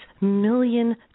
million